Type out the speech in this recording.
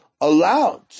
allowed